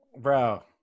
bro